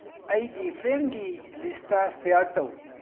ꯑꯩꯒꯤ ꯐ꯭ꯔꯦꯟꯒꯤ list share ꯇꯧ